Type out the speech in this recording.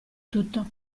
tutto